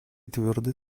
твердой